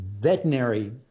veterinary